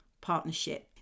partnership